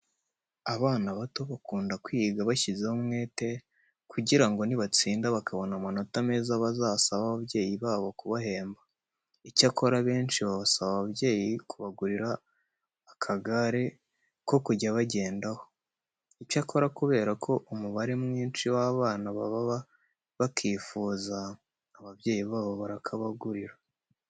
Abana bato bakunda kwiga bashyizeho umwete kugira ngo nibatsinda bakabona amanota meza bazasabe ababyeyi babo kubahemba. Icyakora abenshi basaba ababyeyi kubagurira akagare ko kujya bagendaho. Icyakora kubera ko umubare mwinshi w'abana baba bakifuza, ababyeyi babo barakabagurira.